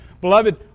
beloved